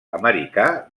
americà